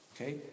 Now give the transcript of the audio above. Okay